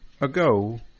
ago